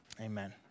amen